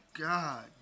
God